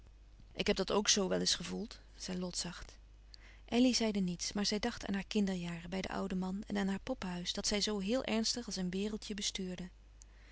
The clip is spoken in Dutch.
ik heb dat ook zoo wel eens gevoeld zei lot zacht elly zeide niets maar zij dacht aan haar kinderjaren bij den ouden man en aan haar poppehuis dat zij zoo heel ernstig als een wereldje bestuurde